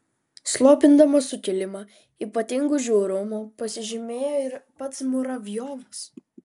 slopindamas sukilimą ypatingu žiaurumu pasižymėjo ir pats muravjovas